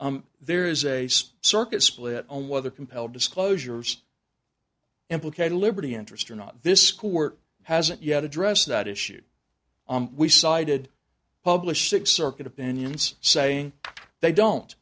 was there is a circuit split on whether compelled disclosures implicating liberty interest or not this court hasn't yet addressed that issue we sided publish six circuit opinions saying they don't